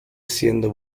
siendo